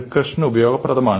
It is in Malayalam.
റിക്കർഷനെ ഉപയോഗപ്രദമാണ്